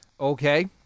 Okay